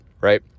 Right